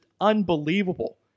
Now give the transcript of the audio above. unbelievable